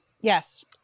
Yes